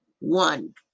One